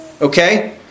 Okay